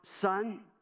son